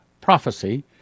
prophecy